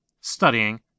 studying